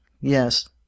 Yes